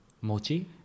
Mochi